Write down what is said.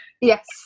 Yes